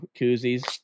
koozies